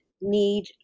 need